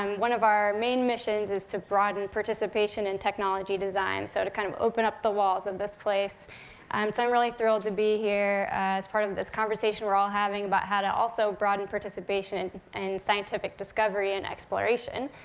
um one of our main missions is to broaden participation in technology design, so to kind of open up the walls of this place. so i'm really thrilled to be here as part of this conversation we're all having about how to also broaden participation in scientific discovery and exploration.